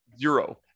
zero